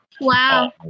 Wow